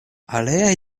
aliaj